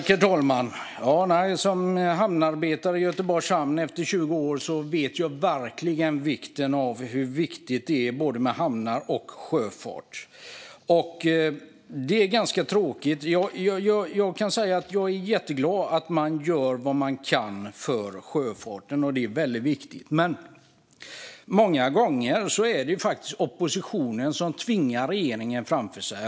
Herr talman! Som hamnarbetare i Göteborgs hamn i 20 år vet jag verkligen hur viktigt det är med både hamnar och sjöfart. Det finns något som är ganska tråkigt. Jag är jätteglad att man gör vad man kan för sjöfarten. Det är väldigt viktigt. Men många gånger är det faktiskt oppositionen som tvingar regeringen framför sig.